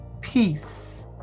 peace